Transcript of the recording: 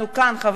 חברי כנסת,